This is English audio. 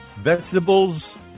Vegetables